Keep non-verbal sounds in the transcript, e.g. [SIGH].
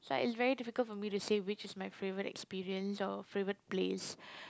like it's very difficult for me to say which is my favourite experience or favourite place [BREATH]